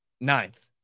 ninth